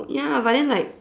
ya but then like